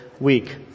week